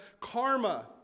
karma